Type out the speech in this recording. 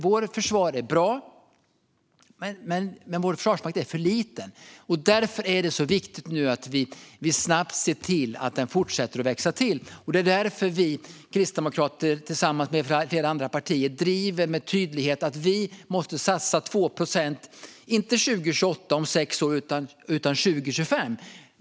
Vårt försvar är bra, men vår försvarsmakt är för liten. Därför är det nu så viktigt att vi snabbt ser till att den fortsätter att växa till, och det är därför vi kristdemokrater tillsammans med flera andra partier med tydlighet driver att vi måste satsa 2 procent inte om sex år, alltså 2028, utan 2025.